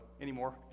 anymore